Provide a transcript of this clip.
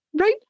right